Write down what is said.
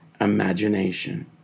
imagination